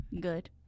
Good